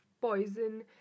poison